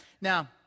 Now